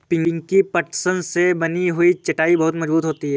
पिंकी पटसन से बनी हुई चटाई बहुत मजबूत होती है